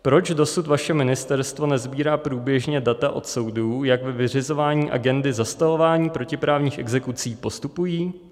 Proč dosud vaše ministerstvo nesbírá průběžně data od soudů, jak ve vyřizování agendy zastavování protiprávních exekucí postupují?